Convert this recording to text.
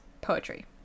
poetry